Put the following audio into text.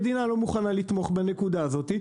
המדינה לא מוכנה לתמוך בנקודה הזאת.